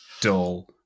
dull